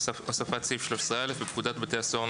"הוספת סעיף 13א 1. בפקודת בתי הסוהר ,